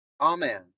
Amen